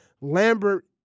Lambert